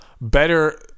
better